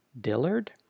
Dillard